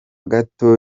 gato